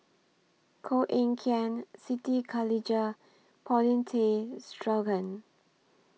Koh Eng Kian Siti Khalijah Paulin Tay Straughan